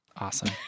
Awesome